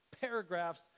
paragraphs